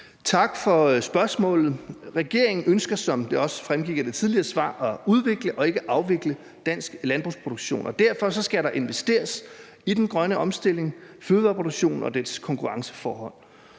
Tak for spørgsmålet. Regeringen ønsker, som det også fremgik af det tidligere svar, at udvikle og ikke afvikle dansk landbrugsproduktion, og derfor skal der investeres i den grønne omstilling, fødevareproduktionen og dens konkurrenceforhold.